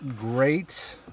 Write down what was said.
great